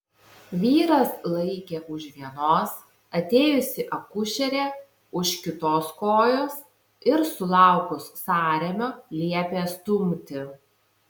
vyras laikė už vienos atėjusi akušerė už kitos kojos ir sulaukus sąrėmio liepė stumti